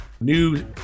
New